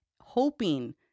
hoping